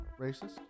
racist